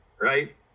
right